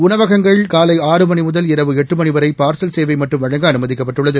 உணவகங்கள் காலை ஆறு மணி முதல் இரவு எட்டு மணி வரை பார்கல் சேவை மட்டும் வழங்க அனுமதிக்கப்பட்டுள்ளது